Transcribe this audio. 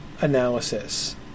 analysis